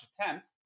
attempt